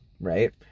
right